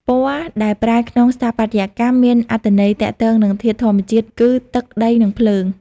ពណ៌ ដែលប្រើក្នុងស្ថាបត្យកម្មមានអត្ថន័យទាក់ទងនឹងធាតុធម្មជាតិគឺ ទឹក ដី និង ភ្លើង។